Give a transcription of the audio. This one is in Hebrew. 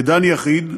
כדן יחיד,